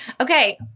Okay